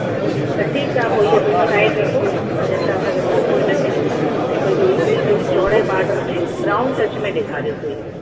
अच्छा अच्छा त ठीकु आहे पोइ इहा थोरी साइड में रखो हुन मजंटा सां गॾु रखो हिन खे ऐं बाक़ी हिकड़ी थोरी चौड़े बॉर्डर में ब्राउन टच में ॾेखारियो कोई